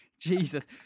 jesus